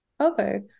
Okay